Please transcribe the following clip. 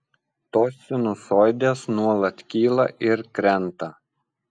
tos sinusoidės nuolat kyla ir krenta